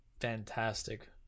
fantastic